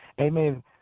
amen